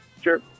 Sure